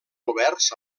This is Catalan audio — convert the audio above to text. oberts